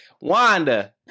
Wanda